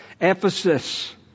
Ephesus